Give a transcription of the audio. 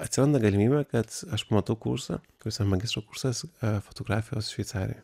atsiranda galimybė kad aš pamatau kursą kuris yra magistro kursas fotografijos šveicarijoj